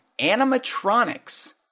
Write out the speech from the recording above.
animatronics